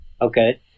Okay